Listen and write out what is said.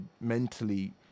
mentally